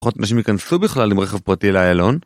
פחות מה שהם ייכנסו בכלל עם רכב פרטי לאיילון